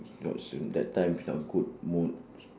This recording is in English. not so that time's not good mood